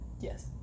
Yes